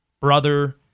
brother